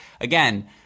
again